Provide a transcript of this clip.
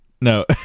No